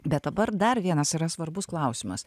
bet dabar dar vienas yra svarbus klausimas